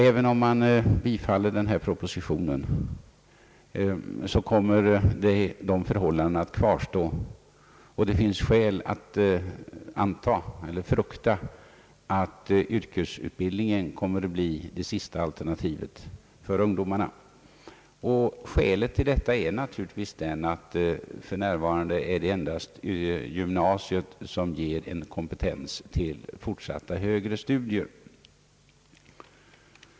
även om riksdagen bifaller den här propositionen kommer dessa förhållanden att kvarstå, och det finns skäl att anta — eller frukta — att yrkesutbildningen alltjämt kommer att vara det sista alternativet för ungdomarna. Skälet till detta är naturligtvis att endast gymnasiet för närvarande ger kompetens till fortsatta högre studier.